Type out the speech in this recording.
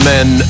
Men